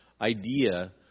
idea